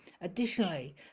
Additionally